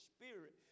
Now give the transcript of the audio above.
Spirit